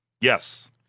Yes